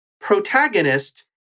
protagonist